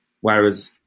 whereas